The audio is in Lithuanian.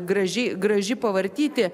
gražiai graži pavartyti